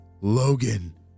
Logan